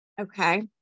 okay